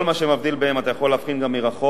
כל מה שמבדיל ביניהם, אתה יכול להבחין גם מרחוק,